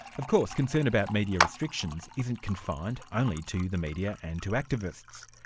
of course concern about media restrictions isn't confined only to the media and to activists.